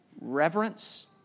reverence